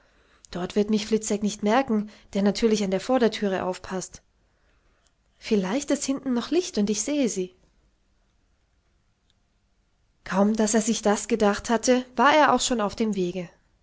dort wird mich fliczek nicht merken der natürlich an der vorderthüre aufpaßt vielleicht ist hinten noch licht und ich sehe sie kaum daß er sich das gedacht hatte war er auch schon auf dem wege